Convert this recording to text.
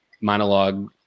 monologue